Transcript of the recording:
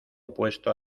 opuesto